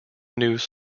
news